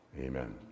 Amen